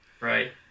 Right